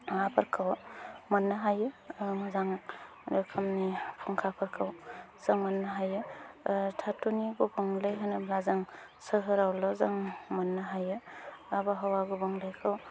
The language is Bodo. माबाफोरखौ मोननो हायो मोजां रोखोमनि फुंखाफोरखौ जों मोननो हायो धातुनि गुबुंले होनोब्ला जों सोहोरावल' जों मोननो हायो आबहावा गुबुंलेखौ